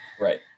Right